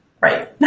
Right